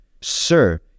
sir